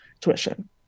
tuition